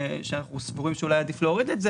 שאנחנו סבורים שאולי עדיף להוריד את זה